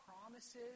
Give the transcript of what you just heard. promises